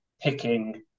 picking